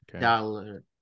Dollar